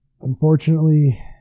Unfortunately